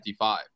55